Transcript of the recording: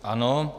Ano.